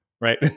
right